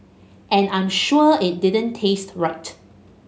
and I'm sure it didn't taste right